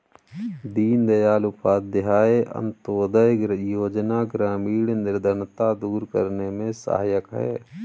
दीनदयाल उपाध्याय अंतोदय योजना ग्रामीण निर्धनता दूर करने में सहायक है